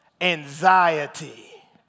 anxiety